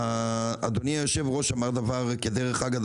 אדוני היושב ראש אמר דבר כדרך אגב,